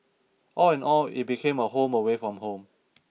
all in all it became a home away from home